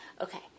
okay